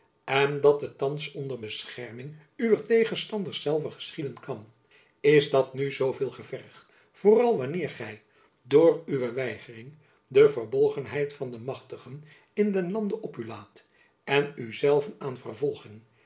en dat het thands onder bescherming uwer tegenstanders zelve geschieden kan is dat nu zoo veel gevergd vooral wanneer gy door uwe weigering de verbolgenheid van de machtigen in den lande op u laadt en u zelven aan vervolging